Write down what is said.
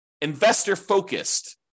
investor-focused